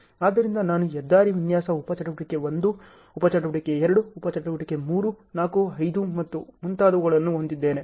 ಆದ್ದರಿಂದ ನಾನು ಹೆದ್ದಾರಿ ವಿನ್ಯಾಸ ಉಪ ಚಟುವಟಿಕೆ 1 ಉಪ ಚಟುವಟಿಕೆ 2 ಉಪ ಚಟುವಟಿಕೆ 3 4 5 ಮತ್ತು ಮುಂತಾದವುಗಳನ್ನು ಹೊಂದಿದ್ದೇನೆ